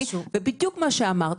בדיוק מה שאמרת,